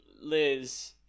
Liz